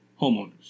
homeowners